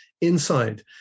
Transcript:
inside